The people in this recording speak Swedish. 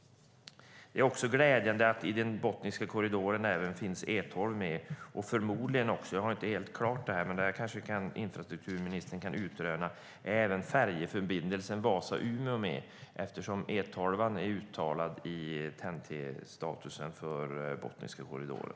Det är glädjande att även E12 finns med i Botniska korridoren. Förmodligen - det kanske infrastrukturministern kan utröna - finns även färjeförbindelsen Vasa-Umeå med, eftersom E12:an är uttalad i TEN-T-statusen för Botniska korridoren.